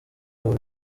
ubu